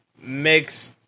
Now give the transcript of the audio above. makes